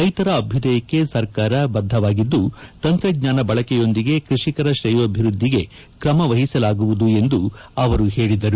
ರೈತರ ಅಭ್ಯುದಯಕ್ಕೆ ಸರ್ಕಾರ ಬದ್ದವಾಗಿದ್ದು ತಂತ್ರಜ್ಞಾನ ಬಳಕೆಯೊಂದಿಗೆ ಕೃಷಿಕರ ಶ್ರೇಯೋಭಿವೃದ್ದಿಗೆ ಕ್ರಮ ವಹಿಸಲಾಗುವುದು ಎಂದು ಅವರು ಹೇಳಿದರು